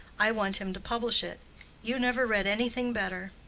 i want him to publish it you never read anything better.